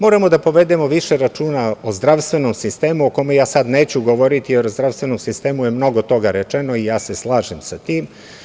Moramo da povedemo više računa o zdravstvenom sistemu o kome ja sada neću govoriti, jer o zdravstvenom sistemu je mnogo toga rečeno i ja se slažem sa tim.